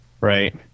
right